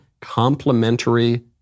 complementary